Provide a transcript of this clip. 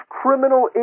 criminal